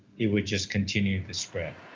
it would just continue to spread.